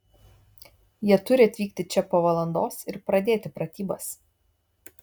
jie turi atvykti čia po valandos ir pradėti pratybas